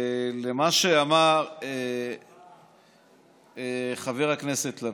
למה שאמר חבר הכנסת לפיד.